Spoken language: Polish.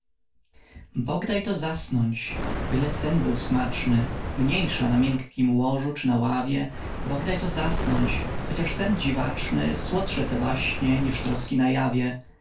bonifacy bodajto zasnąć byle sen był smaczny mniejsza na miękkiem łożu czy na ławie bodajto zasnąć chociaż sen dziwaczny słodsze te baśnie niż troski na jawie